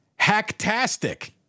Hacktastic